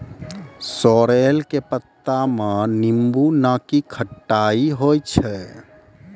sorrel के पत्ता मॅ नींबू नाकी खट्टाई होय छै